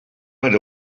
went